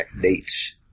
dates